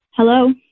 Hello